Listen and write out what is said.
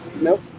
nope